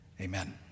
Amen